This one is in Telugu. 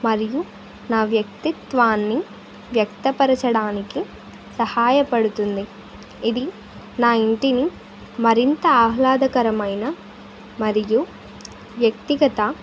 మరియు నా వ్యక్తిత్వాన్ని వ్యక్తపరచడానికి సహాయపడుతుంది ఇది నా ఇంటిని మరింత ఆహ్లాదకరమైన మరియు వ్యక్తిగత